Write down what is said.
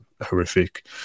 horrific